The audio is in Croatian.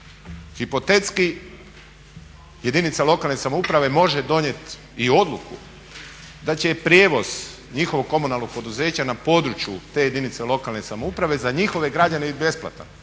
Hipotetski jedinica lokalne samouprave može donijeti i odluku da će prijevoz njihovog komunalnog poduzeća na području te jedinice lokalne samouprave za njihove građane biti besplatan.